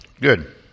Good